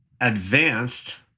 Advanced